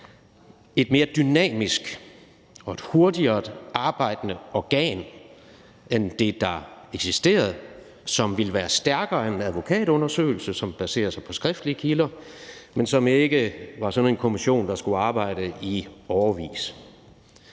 et mere dynamisk og et hurtigere arbejdende organ end det, der eksisterede, som ville være stærkere end en advokatundersøgelse, som baserer sig på skriftlige kilder, men som ikke var sådan en kommission, der skulle arbejde i årevis.